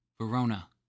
Verona